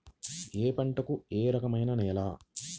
ఏ పంటకు ఏ రకమైన నేల?